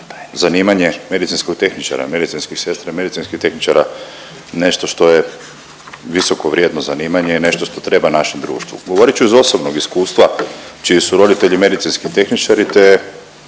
zanimanje medicinskog tehničara, medicinske sestre, medicinskih tehničara nešto što je visoko vrijedno zanimanje i nešto što treba našem društvu. Govorit ću iz osobnog iskustva čiji su roditelji medicinski tehničari,